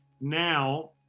now